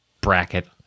bracket